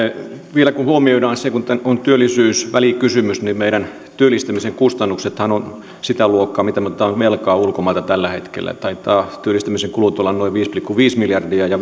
vielä kun huomioidaan se kun on työllisyysvälikysymys että meidän työllistämisen kustannuksethan ovat sitä luokkaa mitä me otamme velkaa ulkomailta tällä hetkellä työllistymisen kulut taitavat olla noin viisi pilkku viisi miljardia ja